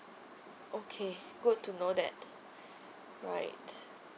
okay good to know that right